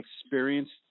experienced